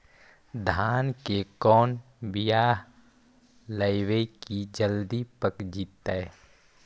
धान के कोन बियाह लगइबै की जल्दी पक जितै?